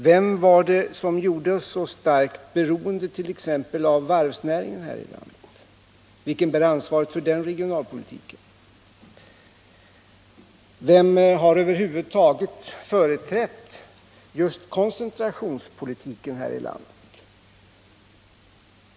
Vem var det som gjorde oss så starkt beroende avt.ex. varvsnäringen här i landet? Vem bär ansvaret för den regionalpolitiken, vem har över huvud taget företrätt just koncentrationspolitiken?